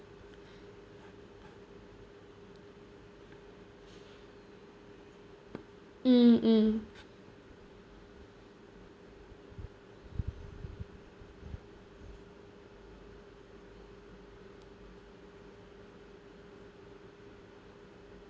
mm mm